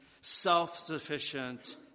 self-sufficient